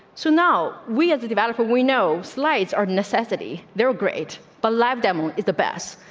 so now we have the developer. we know slides are necessity. they're great. but lab demo is the best.